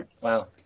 Wow